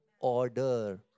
order